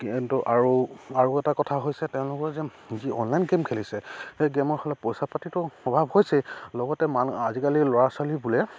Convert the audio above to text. কিন্তু আৰু আৰু এটা কথা হৈছে তেওঁলোকৰ যে যি অনলাইন গেম খেলিছে সেই গেমৰ ফালে পইচা পাতিটো অভাৱ হৈছে লগতে মানুহ আজিকালি ল'ৰা ছোৱালীবোৰে